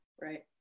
Right